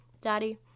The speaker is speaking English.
daddy